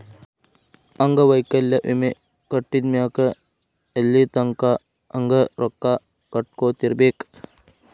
ಅಂಗವೈಕಲ್ಯ ವಿಮೆ ಮಾಡಿದ್ಮ್ಯಾಕ್ ಎಲ್ಲಿತಂಕಾ ಹಂಗ ರೊಕ್ಕಾ ಕಟ್ಕೊತಿರ್ಬೇಕ್?